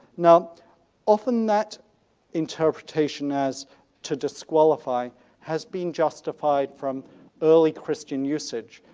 now often that interpretation as to disqualify has been justified from early christian usage,